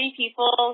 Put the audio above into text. people